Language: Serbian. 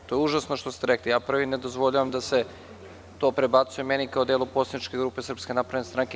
To je užasno što ste rekli i prvi ja ne dozvoljavam da se to prebacuje meni kao delu poslaničke grupe SNS.